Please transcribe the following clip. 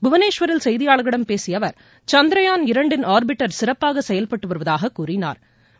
புவனேஸ்வரில் செய்தியாளா்களிடம் பேசிய அவர் சந்திரயான் இரண்டின் ஆர்பிட்டர் சிறப்பாக செயல்பட்டு வருவதாகக் கூறினாா்